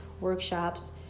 workshops